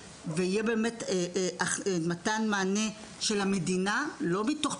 אני הבנתי שנאמר פה הרבה על זה שד"ר הגר מזרחי הכניסה